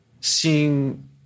seeing